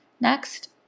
Next